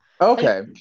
okay